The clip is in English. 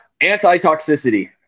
anti-toxicity